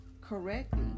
correctly